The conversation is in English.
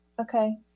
Okay